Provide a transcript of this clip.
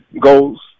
goals